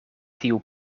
tiu